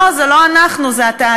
לא, זה לא אנחנו, זה התאגיד.